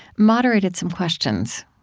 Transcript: moderated some questions